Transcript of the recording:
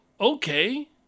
okay